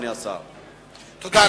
תודה.